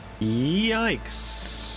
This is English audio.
Yikes